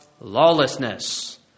lawlessness